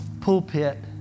pulpit